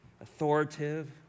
authoritative